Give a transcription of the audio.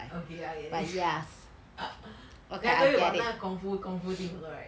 okay I did I tell you about 那 kung fu kung fu thing also right